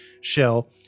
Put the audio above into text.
shell